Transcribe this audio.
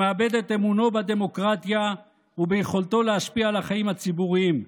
שמאבד את אמונו בדמוקרטיה וביכולתו להשפיע על החיים הציבוריים.